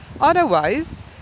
otherwise